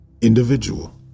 individual